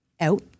out